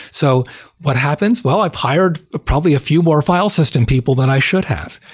so what happens? well, i've hired a probably a few more file system people than i should have.